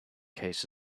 case